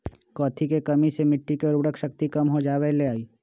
कथी के कमी से मिट्टी के उर्वरक शक्ति कम हो जावेलाई?